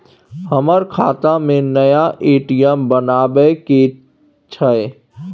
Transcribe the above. हमर खाता में नया ए.टी.एम बनाबै के छै?